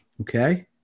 Okay